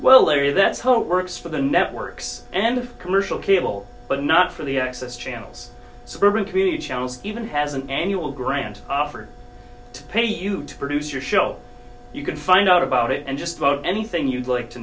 larry that's how it works for the networks and commercial cable but not for the access channels suburban community channels even has an annual grant offer to pay you to produce your show you can find out about it and just about anything you'd like to